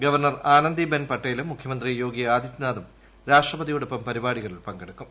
governor Anandi Ben പട്ടേലും മുഖ്യമന്ത്രി യോഗി ആദിത്യനാഥും രാഷ്ട്രപതിയോടൊപ്പം പരിപാടികളിൽ പങ്കെടുക്കും